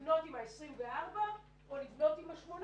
לבנות עם ה-24 או לבנות עם ה-18?